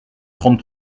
trente